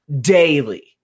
daily